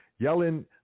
Yellen